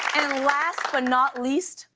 and last but not least,